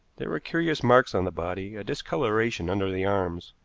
there were curious marks on the body, a discoloration under the arms,